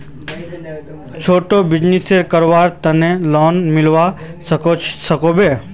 छोटो बिजनेस करवार केते लोन मिलवा सकोहो होबे?